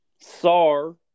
Sar